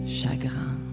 chagrin